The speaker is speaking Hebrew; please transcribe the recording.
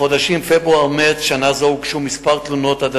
רצוני לשאול: 1. האם נכון הדבר?